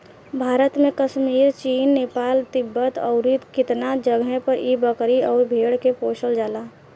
भारत में कश्मीर, चीन, नेपाल, तिब्बत अउरु केतना जगे पर इ बकरी अउर भेड़ के पोसल जाला